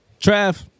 Trav